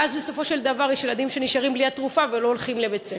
ואז בסופו של דבר יש ילדים שנשארים בלי התרופה ולא הולכים לבית-הספר.